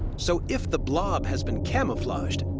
so, if the blob has been camouflaged,